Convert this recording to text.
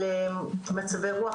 על מצבי רוח,